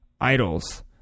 Idols